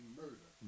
murder